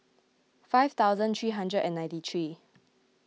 five thousand three hundred and ninety three